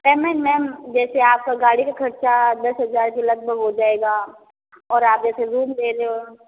payment ma'am जैसा आपको गाड़ी का खर्चा दस हज़ार के लगभग हो जाएगा और आगे से रूम ले लो